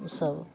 ओ सभ